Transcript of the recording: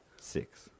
Six